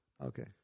okay